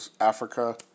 Africa